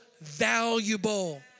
valuable